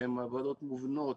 שהן ועדות מובנות